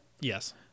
Yes